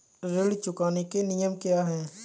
ऋण चुकाने के नियम क्या हैं?